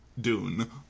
Dune